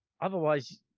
otherwise